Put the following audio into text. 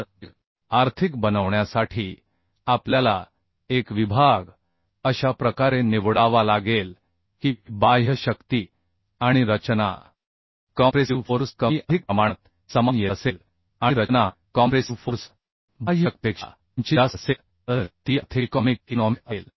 तर ते आर्थिक बनवण्यासाठी आपल्याला एक विभाग अशा प्रकारे निवडावा लागेल की बाह्य शक्ती आणि रचना कॉम्प्रेसीव फोर्स कमी अधिक प्रमाणात समान येत असेल आणि रचना कॉम्प्रेसिव फोर्स बाह्य शक्तीपेक्षा किंचित जास्त असेल तर ती इकॉनॉमिक असेल